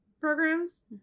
programs